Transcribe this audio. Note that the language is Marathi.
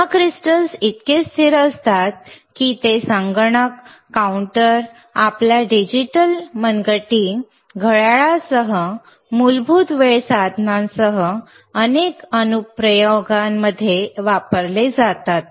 जेव्हा क्रिस्टल्स इतके स्थिर असतात की ते संगणक काउंटर आपल्या डिजिटल मनगटी घड्याळासह मूलभूत वेळ साधनांसह अनेक अनुप्रयोगांमध्ये वापरले जातात